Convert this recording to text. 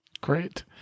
Great